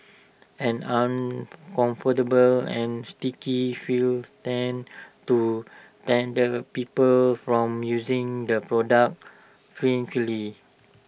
an uncomfortable and sticky feel tends to denter people from using the product frankly